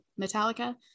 Metallica